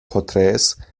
porträts